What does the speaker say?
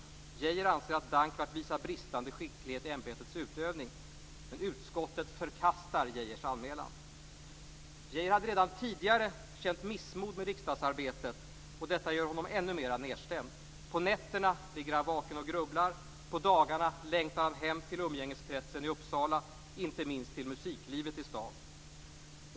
Geijer anser att Dankwardt visar bristande skicklighet i ämbetets utövning, men utskottet förkastar Geijers anmälan. Geijer hade redan tidigare känt missmod i riksdagsarbetet, och detta gör honom ännu mera nedstämd. På nätterna ligger han vaken och grubblar. På dagarna längtar han hem till umgängeskretsen i Uppsala, inte minst till musiklivet i staden.